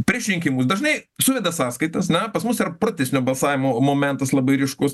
prieš rinkimus dažnai suveda sąskaitas na pas mus yra protestinio balsavimo momentas labai ryškus